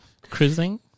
Cruising